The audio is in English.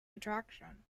attraction